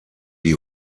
die